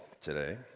today